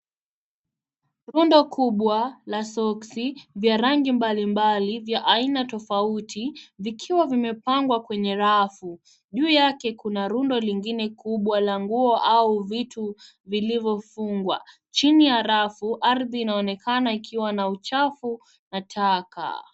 Rundo kubwa, la soksi, vya rangi mbalimbali, vya aina tofauti, vikiwa vimepangwa kwenye rafu. Juu yake kuna rundo lingine kubwa la nguo au vitu vilivyofungwa. Chini ya rafu, ardhi inaonekana ikiwa na uchafu, na taka.